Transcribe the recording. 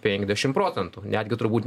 penkiasdešimt procentų netgi turbūt